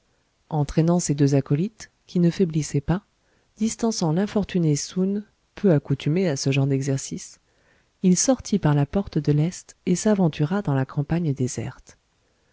entraînant ses deux acolytes qui ne faiblissaient pas distançant l'infortuné soun peu accoutumé à ce genre d'exercice il sortit par la porte de l'est et s'aventura dans la campagne déserte